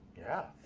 yeah.